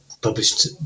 published